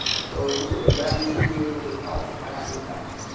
so if you believe that we should be able to tell what happens next.